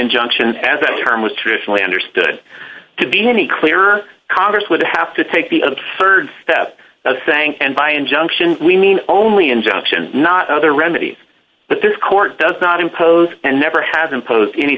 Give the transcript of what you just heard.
injunction as that term was traditionally understood to be any clearer congress would have to take the absurd step of saying and by injunctions we mean only injunction not other remedies but this court does not impose and never has imposed any